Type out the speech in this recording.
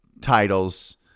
titles